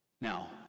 Now